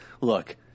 look